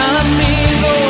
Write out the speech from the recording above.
amigo